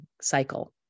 cycle